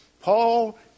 Paul